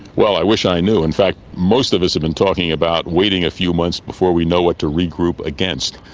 well, i wish i knew. in fact most of us have been talking about waiting a few months before we know what to regroup against.